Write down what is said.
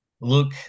look